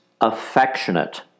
affectionate